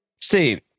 Steve